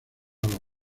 los